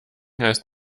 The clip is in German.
heißt